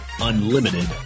Unlimited